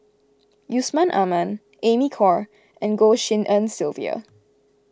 Yusman Aman Amy Khor and Goh Tshin En Sylvia